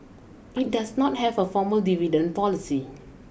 it does not have a formal dividend policy